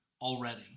already